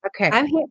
Okay